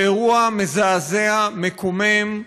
באירוע מזעזע, מקומם,